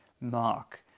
Mark